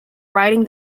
writing